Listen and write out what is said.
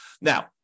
Now